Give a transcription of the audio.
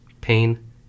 pain